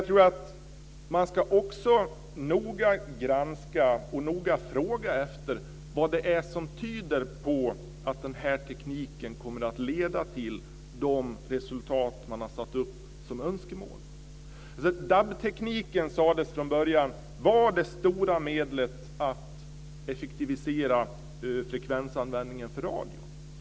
Man ska också noga granska och noga fråga efter vad det är som tyder på att den här tekniken kommer att leda till de resultat man har satt upp som önskemål. DAB-tekniken sades från början vara det stora medlet att effektivisera frekvensanvändningen för radio.